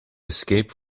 escape